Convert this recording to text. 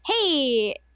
hey